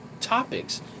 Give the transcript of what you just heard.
topics